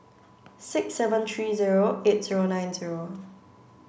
six seven three zero eight zero nine zero